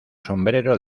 sombrero